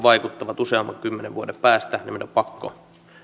vaikuttavat useamman kymmenen vuoden päästä joten meidän on pakko